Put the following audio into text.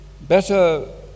better